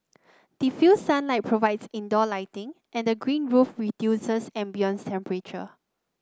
diffused sunlight provides indoor lighting and the green roof reduces ambient temperature